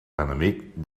enemic